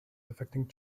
affecting